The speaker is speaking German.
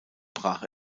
brach